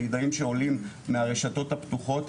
מידעים שעולים מהרשתות הפתוחות,